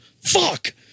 fuck